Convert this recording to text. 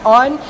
on